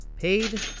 paid